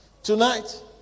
Tonight